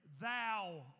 Thou